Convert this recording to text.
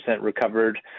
recovered